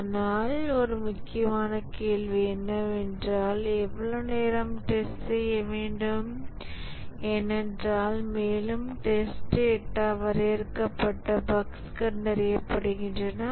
ஆனால் ஒரு முக்கியமான கேள்வி என்னவென்றால் எவ்வளவு நேரம் டெஸ்ட் செய்ய வேண்டும் ஏனென்றால் மேலும் டெஸ்ட் டேட்டா வரையறுக்கப்பட்ட பஃக்ஸ் கண்டறியப்படுகின்றன